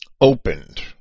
opened